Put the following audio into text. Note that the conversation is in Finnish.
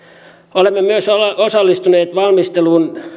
olemme myös osallistuneet valmisteluun